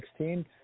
2016